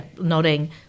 nodding